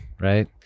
right